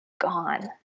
gone